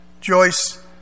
Joyce